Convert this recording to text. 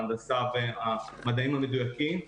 ההנדסה והמדעים המדויקים.